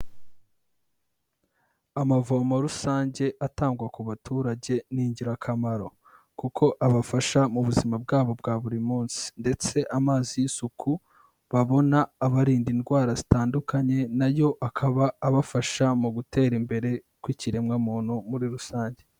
Amavomo rusange atangwa ku baturage, ni ingirakamaro kuko abafasha mu buzima bwabo bwa buri munsi ndetse amazi y'isuku babona abarinda indwara zitandukanye, na yo akaba abafasha mu gutera imbere, kw'ikiremwamuntu muri rusange.